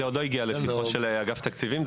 זה עוד לא הגיע לפתחו של אגף תקציבים,